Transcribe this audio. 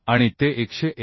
आणि ते 189